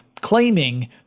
claiming